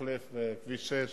המחלף בכביש 6